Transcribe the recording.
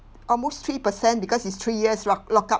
almost three per cent because it's three years lock lockup